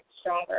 stronger